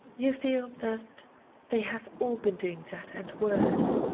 you feel that they have all been doing that and worse.